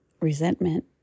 resentment